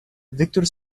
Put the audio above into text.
victor